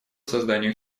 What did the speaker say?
созданию